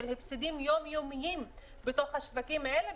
הפסדים יומיומיים בתוך השווקים האלה,